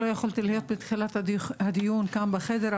לא יכולתי להיות בתחילת הדיון כאן בחדר,